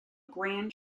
grande